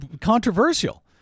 controversial